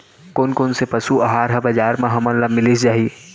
कोन कोन से पसु आहार ह बजार म हमन ल मिलिस जाही?